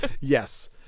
Yes